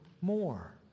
more